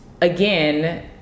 again